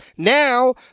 Now